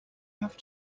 have